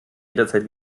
jederzeit